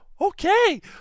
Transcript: Okay